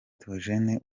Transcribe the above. theogene